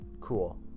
cool